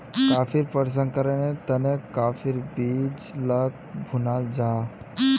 कॉफ़ीर प्रशंकरनेर तने काफिर बीज लाक भुनाल जाहा